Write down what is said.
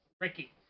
Ricky